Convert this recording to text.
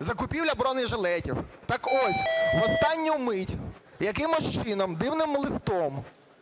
закупівля бронежилетів. Так ось, в останню мить якимось чином дивним листом